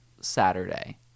saturday